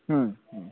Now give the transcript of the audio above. হুম হুম